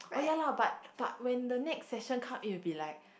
oh ya lah but but when the next session come it will be like